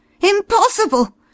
impossible